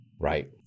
Right